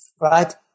right